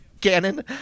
cannon